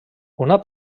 una